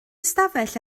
ystafell